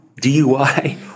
DUI